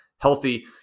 Healthy